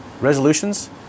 Resolutions